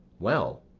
well,